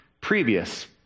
previous